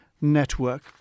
Network